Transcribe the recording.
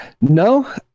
No